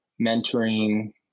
mentoring